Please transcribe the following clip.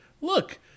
look